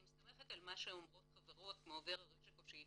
אני מסתמכת על מה שאומרות חברות כמו ורה רז'יקוב שהיא